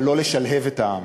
אבל לא לשלהב את העם.